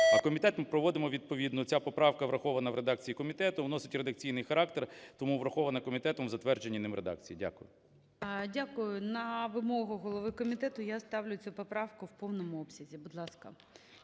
А комітет ми проводимо, відповідно ця поправка врахована в редакції комітету, носить редакційний характер, тому врахована комітетом в затвердженій ним редакції. Дякую. ГОЛОВУЮЧИЙ. Дякую. На вимогу голови комітету, я ставлю цю поправку в повному обсязі. Будь ласка.